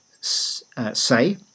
say